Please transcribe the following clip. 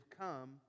come